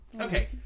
okay